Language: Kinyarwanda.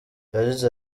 yagize